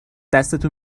دستتو